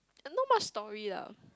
not much story lah